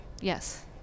yes